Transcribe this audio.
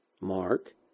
Mark